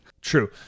True